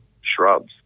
shrubs